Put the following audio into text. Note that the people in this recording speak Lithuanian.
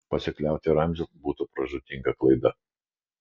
pasikliauti ramziu būtų pražūtinga klaida